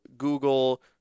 Google